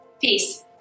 Peace